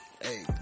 hey